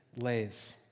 lays